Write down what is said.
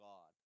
God